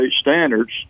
standards